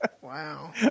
Wow